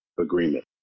agreement